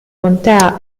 contea